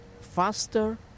faster